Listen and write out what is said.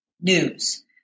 news